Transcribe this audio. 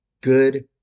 good